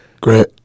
Great